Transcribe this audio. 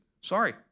sorry